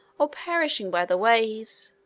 or perishing by the waves